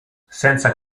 senza